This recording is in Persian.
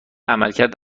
عملکرد